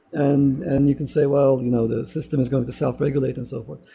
and and you can say, well, you know the system is going to self-regulate and so forth.